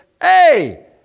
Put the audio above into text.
Hey